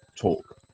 talk